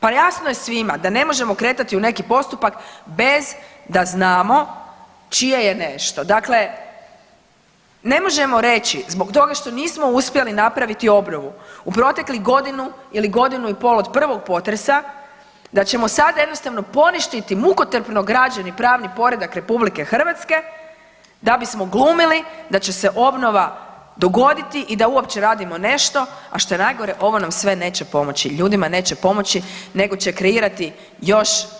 Pa jasno je svima da ne možemo kretati u neki postupak bez da znamo čije je nešto, dakle ne možemo reći zbog toga što nismo uspjeli napraviti obnovu u proteklih godinu ili godinu i pol od prvog potresa da ćemo sad jednostavno poništiti mukotrpno građeni pravni poredak RH da bismo glumili da će se obnova dogoditi i da uopće radimo nešto, a šta je najgore ovo nam sve neće pomoći, ljudima neće pomoći nego će kreirati još veći kaos.